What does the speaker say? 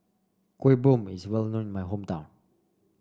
Kuih Bom is well known in my hometown